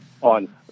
on